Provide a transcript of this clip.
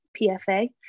PFA